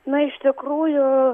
na iš tikrųjų